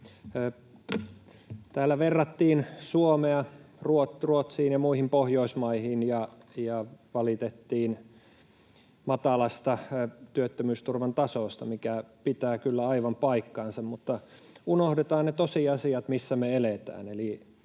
Täällä verrattiin Suomea Ruotsiin ja muihin Pohjoismaihin ja valitettiin matalasta työttömyysturvan tasosta, mikä pitää kyllä aivan paikkansa, mutta unohdetaan ne tosiasiat, missä me eletään,